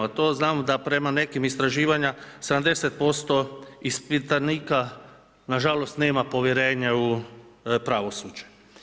A to znamo da prema nekim istraživanjima 70% ispitanika nažalost nema povjerenje u pravosuđe.